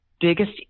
biggest